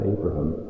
Abraham